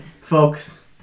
folks